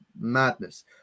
madness